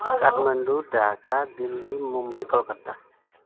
Kathmandu Dhaka Delhi Mumbai Calcutta